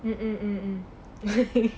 mm mm